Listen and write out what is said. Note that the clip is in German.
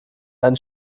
einen